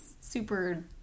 super